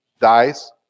dies